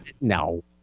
No